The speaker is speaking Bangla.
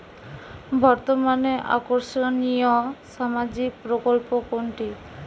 বর্তমানে আকর্ষনিয় সামাজিক প্রকল্প কোনটি?